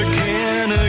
Again